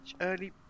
early